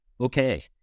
okay